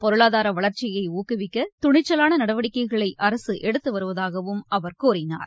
பொருளாதார வளர்ச்சியை ஊக்குவிக்க துணிச்சலாள நடவடிக்கைகளை அரசு எடுத்துவருவதாகவும் அவர் கூறினார்